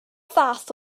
fath